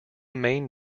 main